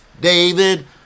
David